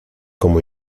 como